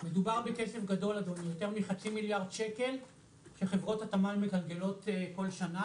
שימו לב שאנחנו מסוגלים לדאוג שאין תינוקות בסיכון בישראל.